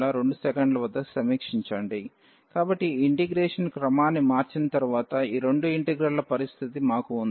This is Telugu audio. y01x0yxydxdyy12x02 yxydxdy కాబట్టి ఈ ఇంటిగ్రేషన్ క్రమాన్ని మార్చిన తరువాత ఈ రెండు ఇంటిగ్రల్ల పరిస్థితి మాకు ఉంది